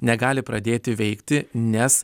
negali pradėti veikti nes